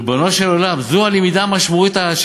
ריבונו של עולם, זו הלמידה המשמעותית?